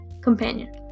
companion